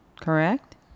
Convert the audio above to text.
Correct